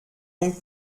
donc